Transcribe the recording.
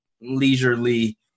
leisurely